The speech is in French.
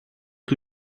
que